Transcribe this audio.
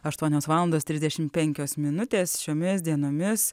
aštuonios valandos trisdešimt penkios minutės šiomis dienomis